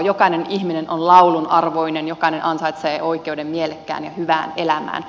jokainen ihminen on laulun arvoinen jokainen ansaitsee oikeuden mielekkääseen ja hyvään elämään